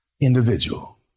individual